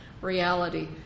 reality